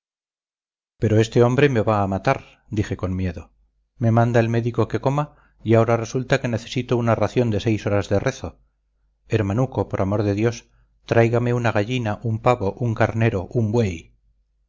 pero este hombre me va a matar dije con miedo me manda el médico que coma y ahora resulta que necesito una ración de seis horas de rezo hermanuco por amor de dios tráigame una gallina un pavo un carnero un buey